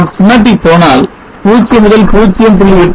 நாம் schematic போனால் 0 முதல் 0